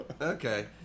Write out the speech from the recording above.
Okay